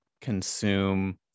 consume